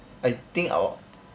I think I'll